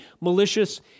malicious